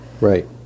right